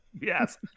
Yes